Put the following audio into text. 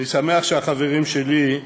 אני שמח שהחברים שלי,